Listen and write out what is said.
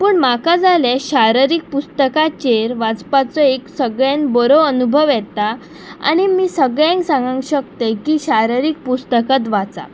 पूण म्हाका जालें शारिरीक पुस्तकाचेर वाचपाचो एक सगळ्यान बरो अनुभव येता आनी मी सगळ्यांक सांगांक शकतय की शारिरीक पुस्तकत वाचा